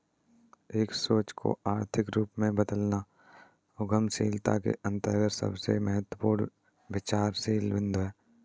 एक सोच को आर्थिक रूप में बदलना उद्यमशीलता के अंतर्गत सबसे महत्वपूर्ण विचारशील बिन्दु हैं